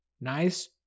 Nice